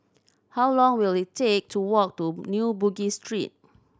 how long will it take to walk to New Bugis Street